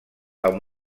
amb